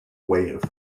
wave